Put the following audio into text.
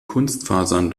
kunstfasern